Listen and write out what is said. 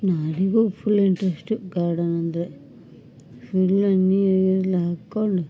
ನಾಡಿಗು full interest garden ಅಂದರೆ full ಅಂಗಿಯೆಲ್ಲ ಹಾಕ್ಕೊಂಡು